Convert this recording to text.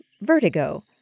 Vertigo